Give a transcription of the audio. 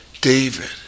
David